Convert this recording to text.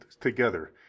together